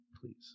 Please